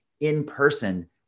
in-person